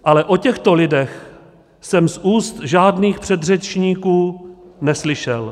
Ale o těchto lidech jsem z úst žádných předřečníků neslyšel.